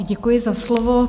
Děkuji za slovo.